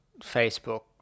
Facebook